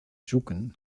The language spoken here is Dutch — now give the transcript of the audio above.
zoeken